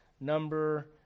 number